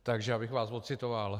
Takže abych vás ocitoval.